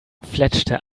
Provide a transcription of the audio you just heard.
fletschte